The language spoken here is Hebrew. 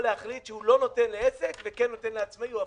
יכול להחליט שהוא לא נותן לעסק וכן נותן לעצמאי או הפוך.